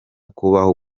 kubaho